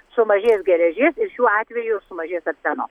sumažės geležies ir šiuo atveju sumažės arseno